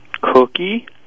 Cookie